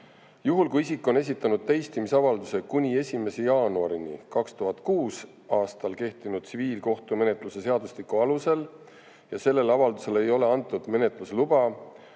Juhul, kui isik on esitanud teistmisavalduse kuni 1. jaanuarini 2006. aastal kehtinud tsiviilkohtumenetluse seadustiku alusel ja sellele avaldusele ei ole antud menetlusluba,